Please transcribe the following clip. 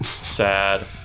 Sad